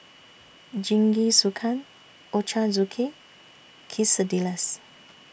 Jingisukan Ochazuke Quesadillas